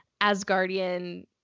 Asgardian